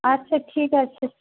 আচ্ছা ঠিক আছে